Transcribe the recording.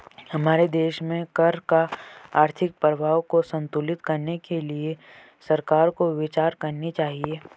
हमारे देश में कर का आर्थिक प्रभाव को संतुलित करने के लिए सरकार को विचार करनी चाहिए